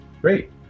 Great